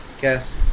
Guess